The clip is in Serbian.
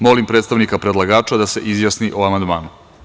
Molim predstavnika predlagača da se izjasni o amandmanu.